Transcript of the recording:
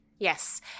Yes